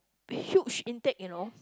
huge intake you know